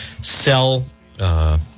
sell